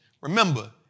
Remember